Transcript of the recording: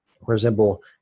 resemble